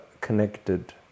connected